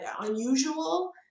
unusual